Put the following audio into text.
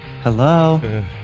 Hello